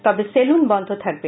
তবে সেলুন বন্ধ থাকবে